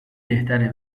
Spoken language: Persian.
بهتره